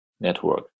Network